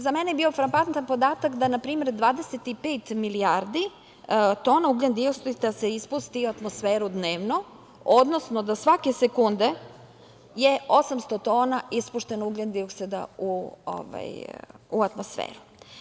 Za mene je bio frapantan podatak da, na primer, 25 milijardi tona ugljendioksida se ispusti u atmosferu dnevno, odnosno, da svake sekunde je 800 tona ispušteno ugljendioksida u atmosferu.